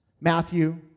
Matthew